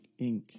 Inc